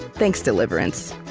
thanks, deliverance.